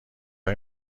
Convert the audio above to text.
های